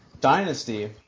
Dynasty